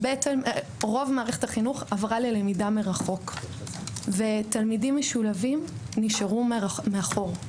רוב מערכת החינוך עברה ללמידה מרחוק ותלמידים משולבים נשארו מאחור.